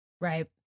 Right